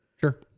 Sure